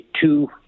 two-